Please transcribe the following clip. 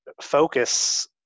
focus